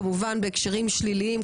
כמובן בהקשרים שליליים,